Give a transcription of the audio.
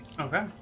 okay